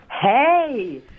Hey